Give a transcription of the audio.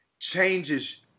Changes